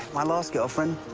my last girlfriend.